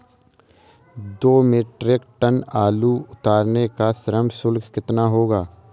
दो metric tonne आलू उतारने का श्रम शुल्क कितना होगा?